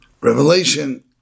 revelation